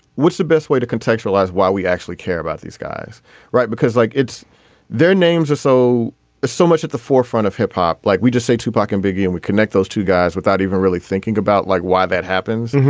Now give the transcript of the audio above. what's the best way to contextualize why we actually care about these guys right because like it's their names or so it's so much at the forefront of hip hop like we just say tupac and big and we connect those two guys without even really thinking about like why that happens.